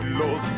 los